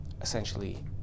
essentially